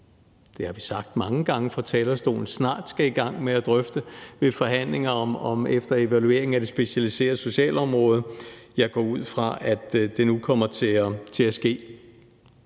det har vi sagt mange gange fra talerstolen, snart skal i gang med at drøfte i forhandlinger efter evalueringen af det specialiserede socialområde. Jeg går ud fra, at det nu kommer til at ske.